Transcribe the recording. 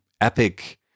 epic